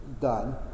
done